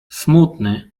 smutny